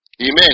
Amen